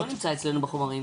זה לא נמצא אצלנו בחומרים.